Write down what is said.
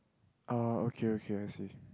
orh okay okay I see